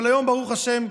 אבל היום, ברוך השם,